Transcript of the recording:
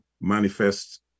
manifest